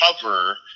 cover